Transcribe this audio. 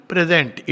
Present